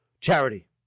Charity